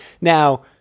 Now –